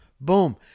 Boom